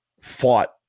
fought